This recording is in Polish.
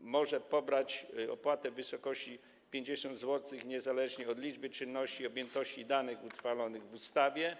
może pobrać opłatę w wysokości 50 zł niezależnie od liczby czynności, objętości danych utrwalonych w ustawie.